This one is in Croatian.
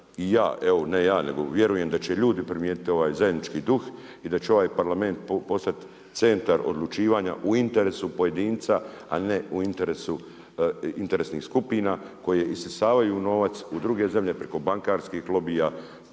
ne ja, nego vjerujem da će ljudi primijetiti ovaj zajednički duh i da će ovaj Parlament postati centar odlučivanja u interesu pojedinca, a ne u interesu interesnih skupina koje isisavaju novac u druge zemlje preko bankarskih lobija